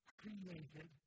created